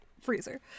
freezer